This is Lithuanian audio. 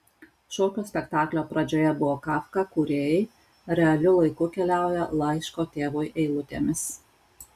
šokio spektaklio pradžioje buvo kafka kūrėjai realiu laiku keliauja laiško tėvui eilutėmis